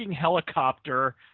helicopter